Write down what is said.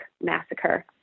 massacre